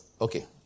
Okay